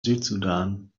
südsudan